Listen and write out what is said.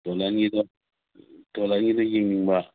ꯇꯣꯂꯟꯒꯤꯗꯣ ꯇꯣꯂꯟꯒꯤꯗꯣ ꯌꯦꯡꯅꯤꯡꯕ